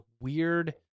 weird